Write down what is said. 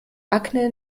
akne